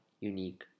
unique